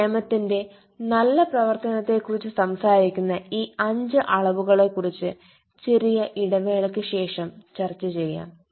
ക്ഷേമത്തിന്റെ നല്ല പ്രവർത്തനത്തെക്കുറിച്ച് സംസാരിക്കുന്ന ഈ അഞ്ച് അളവുകലെ കുറിച്ചു ചെറിയ ഇടവേളയ്ക്ക് ശേഷം ചർച്ച ചെയ്യും